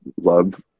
love